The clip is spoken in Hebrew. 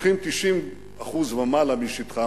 לוקחים 90% ומעלה משטחה,